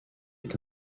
est